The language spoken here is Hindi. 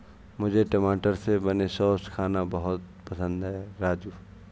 मुझे टमाटर से बने सॉस खाना बहुत पसंद है राजू